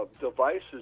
devices